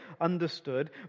understood